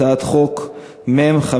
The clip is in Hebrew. הצעות חוק מ/702,